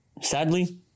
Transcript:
Sadly